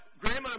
Grandma